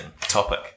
topic